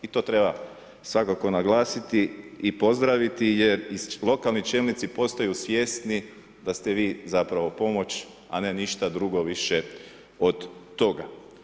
I to treba svakako naglasiti i pozdraviti jer i lokalni čelnici postaju svjesni da ste vi zapravo pomoć, a ne ništa drugo više od toga.